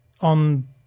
On